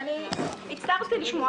אם ועדה לא קמה במצב דברים רגיל,